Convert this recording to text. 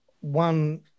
one